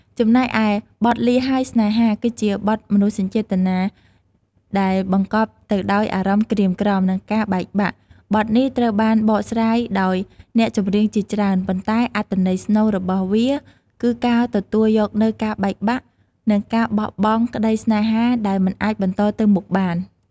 ចំណែកឯបទលាហើយស្នេហា គឺជាបទមនោសញ្ចេតនាដែលបង្កប់ទៅដោយអារម្មណ៍ក្រៀមក្រំ និងការបែកបាក់ បទនេះត្រូវបានបកស្រាយដោយអ្នកចម្រៀងជាច្រើន ប៉ុន្តែអត្ថន័យស្នូលរបស់វាគឺការទទួលយកនូវការបែកបាក់ និងការបោះបង់ក្តីស្នេហាដែលមិនអាចបន្តទៅមុខបាន។